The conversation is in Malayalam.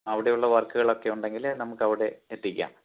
അവിടെയുള്ള വർക്കുകളൊക്കെ ഉണ്ടെങ്കിൽ നമുക്കവിടെ എത്തിക്കാം